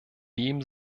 dem